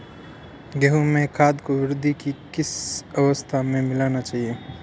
गेहूँ में खाद को वृद्धि की किस अवस्था में मिलाना चाहिए?